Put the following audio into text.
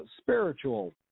spiritual